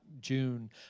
June